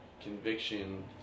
conviction